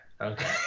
Okay